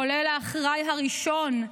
כולל האחראי הראשון,